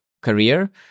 career